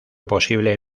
posible